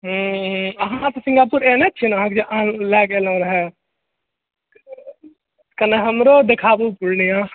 हँ हँ अहाँ तऽ सिंगापुर आयले छियै न अहाँके जे लाय गेल रहय कने हमरो देखाबु पूर्णिया